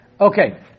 Okay